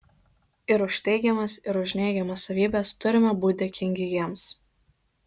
ir už teigiamas ir už neigiamas savybes turime būti dėkingi jiems